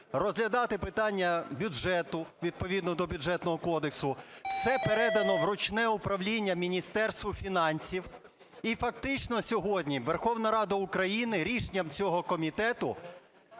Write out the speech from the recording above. розглядати питання бюджету відповідно до Бюджетного кодексу, все передано в ручне управління Міністерству фінансів. І, фактично, сьогодні Верховна Рада України рішенням цього комітету